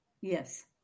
Yes